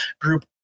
group